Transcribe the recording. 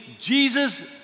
Jesus